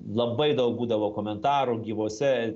labai daug būdavo komentarų gyvose